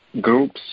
Groups